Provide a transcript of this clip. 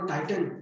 Titan